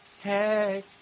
hey